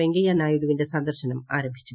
വെങ്കയ്യനായിഡുവിന്റെ സന്ദർശനം ആരംഭിച്ചു